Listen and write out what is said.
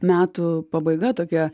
metų pabaiga tokia